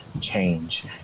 change